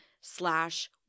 slash